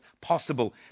possible